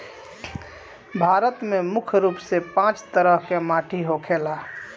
भारत में मुख्य रूप से पांच तरह के माटी होखेला